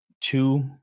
two